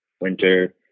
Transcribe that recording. winter